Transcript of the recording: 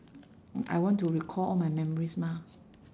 I want to recall all my memories mah